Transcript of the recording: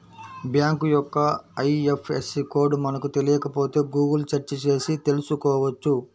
bank యొక్క IFSC code మనకు తెలియకపోతే గుగుల్ సెర్చ్ చేసి తెల్సుకోవచ్చు